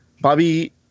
Bobby